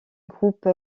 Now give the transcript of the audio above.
groupe